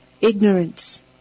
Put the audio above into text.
ignorance